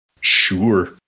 sure